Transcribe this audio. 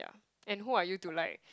and who are you to like